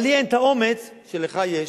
אבל לי אין האומץ שלך יש.